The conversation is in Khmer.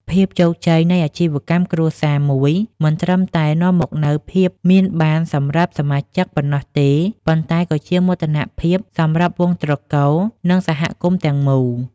ភាពជោគជ័យនៃអាជីវកម្មគ្រួសារមួយ មិនត្រឹមតែនាំមកនូវភាពមានបានសម្រាប់សមាជិកប៉ុណ្ណោះទេ ប៉ុន្តែក៏ជាមោទនភាពសម្រាប់វង្សត្រកូល និងសហគមន៍ទាំងមូល។